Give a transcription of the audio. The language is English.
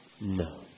No